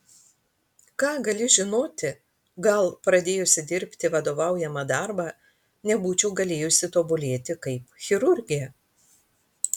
ką gali žinoti gal pradėjusi dirbti vadovaujamą darbą nebūčiau galėjusi tobulėti kaip chirurgė